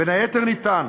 בין היתר נטען